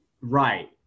Right